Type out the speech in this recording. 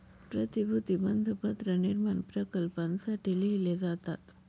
प्रतिभूती बंधपत्र निर्माण प्रकल्पांसाठी लिहिले जातात